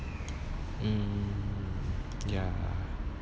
um ya